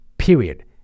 period